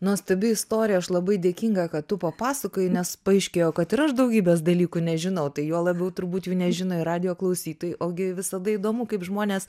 nuostabi istorija aš labai dėkinga kad tu papasakojai nes paaiškėjo kad ir aš daugybės dalykų nežinau tai juo labiau turbūt jų nežino ir radijo klausytojai o gi visada įdomu kaip žmonės